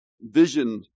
vision